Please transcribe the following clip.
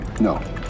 No